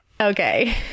Okay